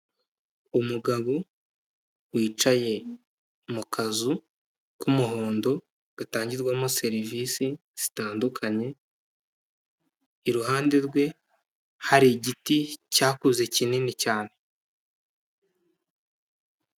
Umugabo wicaye mu kazu k'umuhondo gatangirwamo service zitandukanye, iruhande rwe hari igiti cyakuze kinini cyane.